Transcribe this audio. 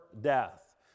death